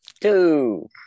Two